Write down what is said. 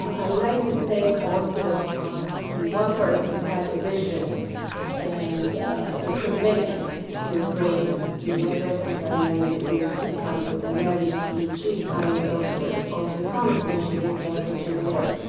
i would like to thank also the one person who had the vision and the commitment to bring the assessment center and the tools to campus, and that is the chief science officers of the promis initiative, dr. gin witter.